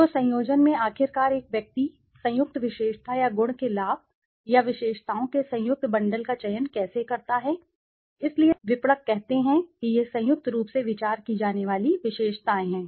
तो संयोजन में आखिरकार एक व्यक्ति संयुक्त विशेषता या गुण के लाभ या विशेषताओं के संयुक्त बंडल का चयन कैसे करता है इसलिए संयुक्त रूप से विचार की जाने वाली विशेषताएं विपणक कहते हैं कि यह संयुक्त रूप से विचार की जाने वाली विशेषताएं हैं